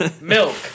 Milk